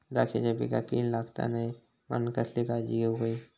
द्राक्षांच्या पिकांक कीड लागता नये म्हणान कसली काळजी घेऊक होई?